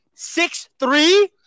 Six-three